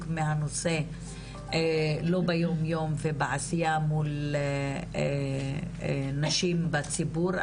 מהנושא לא ביום יום ובעשייה מול נשים בציבור,